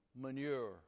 manure